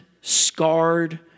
scarred